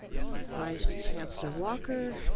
vice chancellor walker,